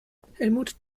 helmut